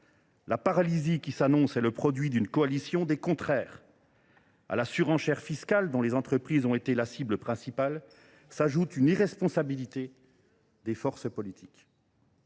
La paralysie qui s’annonce est le produit d’une coalition des contraires. À la surenchère fiscale dont les entreprises ont été la cible principale s’ajoute une irresponsabilité des forces politiques.